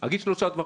אגיד שלושה דברים.